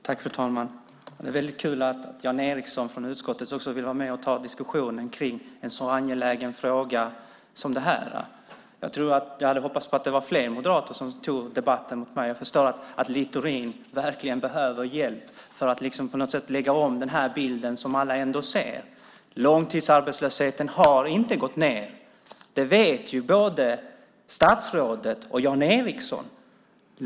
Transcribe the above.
Fru talman! Det är väldigt kul att Jan Ericson från utskottet också vill vara med och ta diskussionen kring en så angelägen fråga som den här. Jag hade hoppats att fler moderater skulle ta debatten med mig. Jag förstår att Littorin verkligen behöver hjälp för att på något sätt lägga om den bild som alla ändå ser. Långtidsarbetslösheten har inte gått ned. Det vet både statsrådet och Jan Ericson.